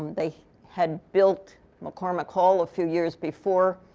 they had built mccormick hall a few years before.